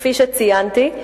כפי שציינתי,